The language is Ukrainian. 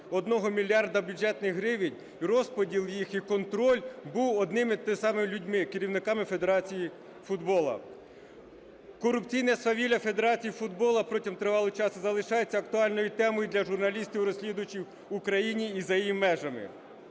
одного мільярда бюджетних гривень, розподіл їх і контроль був одними і тими самими людьми – керівниками Федерації футболу. Корупційне свавілля Федерації футболу протягом тривалого часу залишається актуальною темою для журналістів-розслідувачів в Україні і за її межами.